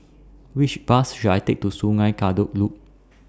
Which Bus should I Take to Sungei Kadut Loop